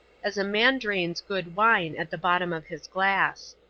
as a man drains good wine at the bottom of his glass.